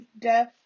death